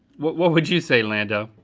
what what would you say lando?